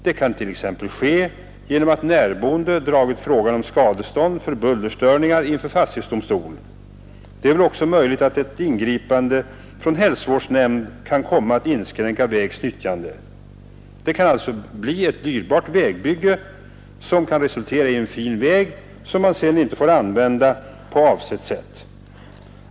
Det kan t.ex. ske genom att närboende drar frågan om skadestånd för bullerstörningar inför fastighetsdomstol. Det är också möjligt att ett ingripande från hälsovårdsnämnd kan komma att inskränka vägens nyttjande. Det kan bli ett dyrbart vägbygge, om resultatet blir att en fin väg inte får användas på avsett vis.